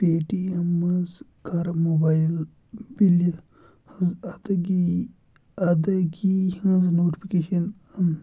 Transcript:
پے T Ms کَر mobile بِلہِ ہِندۍ ادٲیگی ادٲیگی ہٕنز نوٹفکیشَن آن